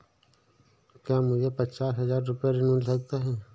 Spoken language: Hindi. क्या मुझे पचास हजार रूपए ऋण मिल सकता है?